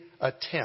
attempt